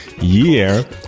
year